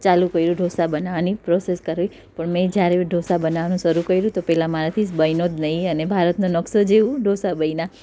ચાલુ કર્યું ઢોંસા બનાવવાની પ્રોસેસ કરી પણ મેં જ્યારે ઢોંસા બનાવાનું શરૂ કર્યું તો પહેલાં મારાથી બન્યું જ નહિ અને ભારતનો નકશો જેવા ઢોંસા બન્યા